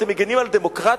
אתם מגנים על דמוקרטיה?